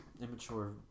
immature